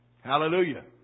Hallelujah